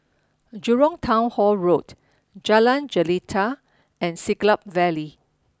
Jurong Town Hall Road Jalan Jelita and Siglap Valley